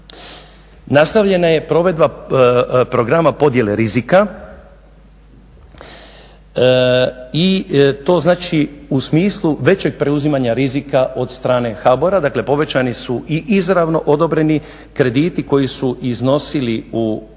Nastavljena je provedba Programa provedbe rizika i to znači u smislu većeg preuzimanja rizika od strane HBOR-a, dakle povećani su i izravno odobreni krediti koji su iznosili u '13.